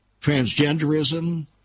transgenderism